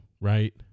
Right